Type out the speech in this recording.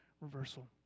reversal